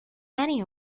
many